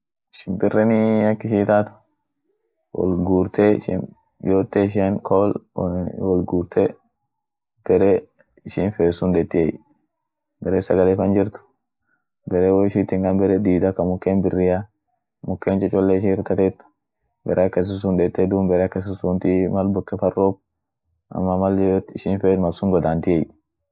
simpirenii ak ishin itaat wol gurte yote ishian kool wo-wolgurte bere ishin feet sun detiey bere sagale fan jirt bere woyu ishiit hingamn bere diida kamuken birria muken chochole ishin ir tateet bere akasi sun deete duum bere akasi sunti mal boken fan roob ama yoyote ishin feet malsun godhantiey.